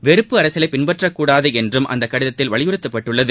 வெறுப்பு அரசியலை பின்பற்றக் கூடாது என்றும் அந்த கடிதத்தில் வலியுறுத்தப்பட்டுள்ளது